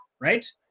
right